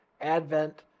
advent